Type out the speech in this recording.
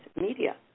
Media